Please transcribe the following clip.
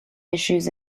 issues